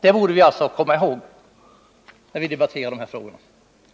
Det borde vi komma ihåg när vi debatterar dessa frågor.